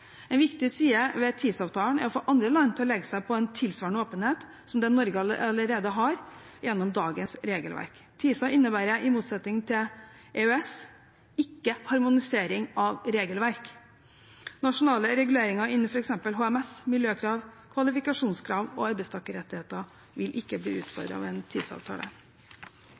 En viktig side ved TISA-avtalen er å få andre land til å legge seg på en tilsvarende åpenhet som det Norge allerede har gjennom dagens regelverk. TISA innebærer, i motsetning til EØS, ikke harmonisering av regelverk. Nasjonale reguleringer innen f.eks. HMS, miljøkrav, kvalifikasjonskrav og arbeidstakerrettigheter vil ikke bli